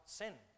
sin